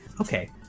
okay